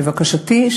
לבקשתי,